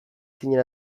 zinen